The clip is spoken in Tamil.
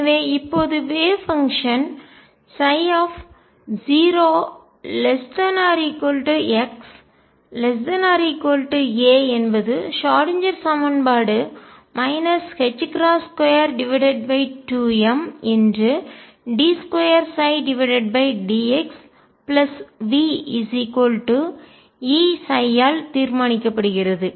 எனவே இப்போது வேவ் பங்ஷன் அலை செயல்பாடு 0≤x≤a என்பது ஷ்ராடின்ஜெர் சமன்பாடு 22md2dxVEψ ஆல் தீர்மானிக்கப்படுகிறது